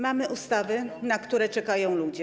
Mamy ustawy, na które czekają ludzie.